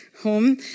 home